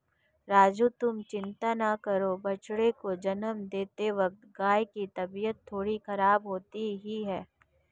राजू तुम चिंता ना करो बछड़े को जन्म देते वक्त गाय की तबीयत थोड़ी खराब होती ही है